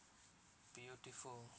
beautiful